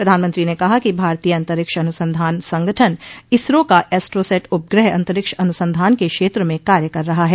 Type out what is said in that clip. प्रधानमंत्री ने कहा कि भारतीय अंतरिक्ष अनुसंधान संगठन इसरो का एस्ट्रोसैट उपग्रह अंतरिक्ष अनुसंधान के क्षेत्र में कार्य कर रहा है